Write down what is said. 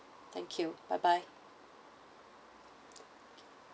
thank you bye bye